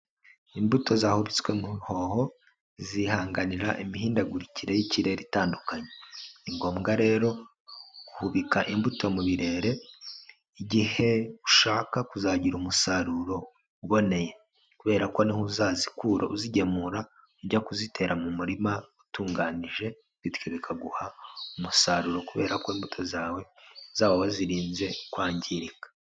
Imbuto zahubitswe mu bihoho zihanganira imihindagurikire y'ikirere itandukanye. Ni ngombwa rero guhubika imbuto mu birere, igihe ushaka kuzagira umusaruro uboneye kubera ko niho uzazikura uzigemura, ujya kuzitera mu murima utunganije bityo bikaguha umusaruro kubera ko imbuto zawe uzaba wazirinze kwangirika.